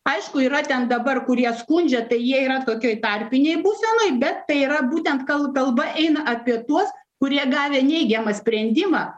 aišku yra ten dabar kurie skundžia tai jie yra tokioj tarpinėj būsenoj bet tai yra būtent kal kalba eina apie tuos kurie gavę neigiamą sprendimą